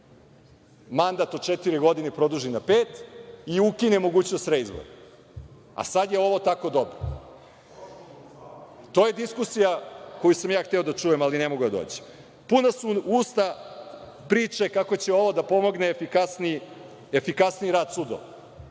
mandat od četiri godine i produži na pet i ukine mogućnost reizbora. Sada je ovo tako dobro. To je diskusija koju sam ja hteo da čujem, ali ne mogu da dođem. Puna su usta priče kako će ovo da pomogne efikasniji rad sudova,